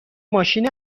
ماشین